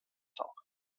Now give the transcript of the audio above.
talk